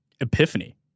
epiphany